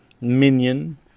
Minion